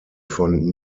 von